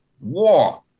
war